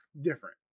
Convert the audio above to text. different